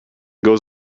goes